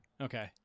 Okay